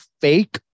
fake